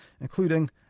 including